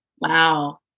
Wow